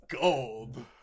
gold